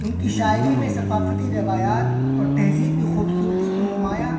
ان کی شاعری میں ثقافتی روایات اور تہذیب کی خوبصورتی کو نمایاں